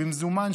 במזומן,